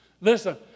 Listen